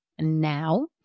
now